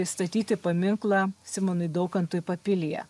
statyti paminklą simonui daukantui papilėje